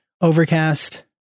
Overcast